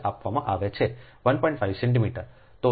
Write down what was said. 5 centimetre